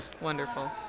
Wonderful